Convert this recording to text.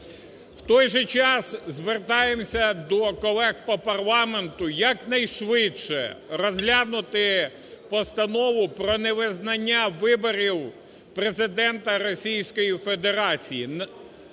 В той же час звертаємося до колег по парламенту якнайшвидше розглянути Постанову про невизнання виборів Президента